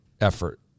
effort